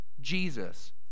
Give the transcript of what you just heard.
Jesus